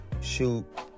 shoot